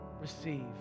receive